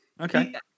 Okay